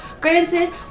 Granted